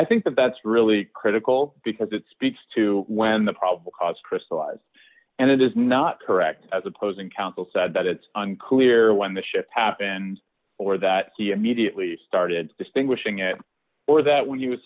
i think that's really critical because it speaks to when the probable cause crystallized and it is not correct as opposing counsel said that it's unclear when the ship happens or that he immediately started distinguishing it or that when he was